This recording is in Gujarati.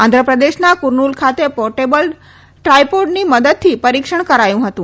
આંધ્રપ્રદેશના કુર્નુલ ખાતે પોર્ટેબલ ટ્રાયપોડની મદદથી પરીક્ષણ કરાયું હતું